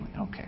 Okay